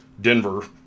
Denver